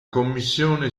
commissione